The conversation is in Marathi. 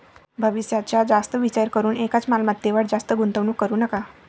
भविष्याचा जास्त विचार करून एकाच मालमत्तेवर जास्त गुंतवणूक करू नका